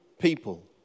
people